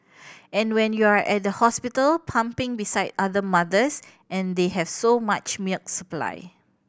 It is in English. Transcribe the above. and when you're at the hospital pumping beside other mothers and they have so much milk supply